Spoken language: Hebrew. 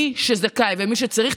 מי שזכאי ומי שצריך,